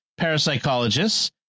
parapsychologists